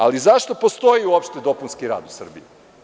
Ali, zašto postoji uopšte dopunski rad u Srbiji?